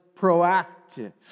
proactive